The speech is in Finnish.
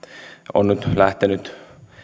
on nyt lähtenyt